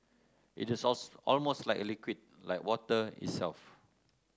it is almost like a liquid like water itself